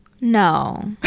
No